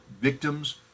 victims